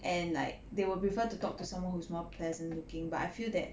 and like they would prefer to talk to someone who is more pleasant looking but I feel that